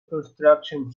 construction